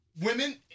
Women